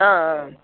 ஆ ஆ